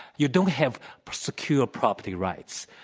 you don't have secure property rights.